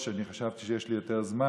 היושב-ראש, אני חשבתי שיש לי יותר זמן,